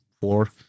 four